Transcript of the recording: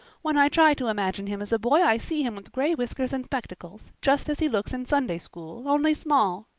when i try to imagine him as a boy i see him with gray whiskers and spectacles, just as he looks in sunday school, only small.